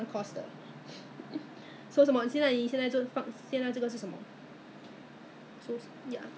so so that's why this Face Shop 我那时我跟他讲我不要 toner because I I knew that I had so many 我这样多了用都用不完不用买